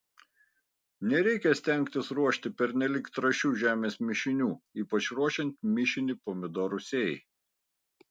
nereikia stengtis ruošti pernelyg trąšių žemės mišinių ypač ruošiant mišinį pomidorų sėjai